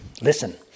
Listen